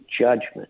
judgment